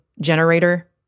generator